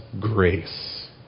grace